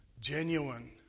genuine